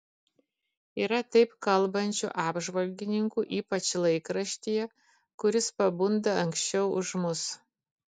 yra taip kalbančių apžvalgininkų ypač laikraštyje kuris pabunda anksčiau už mus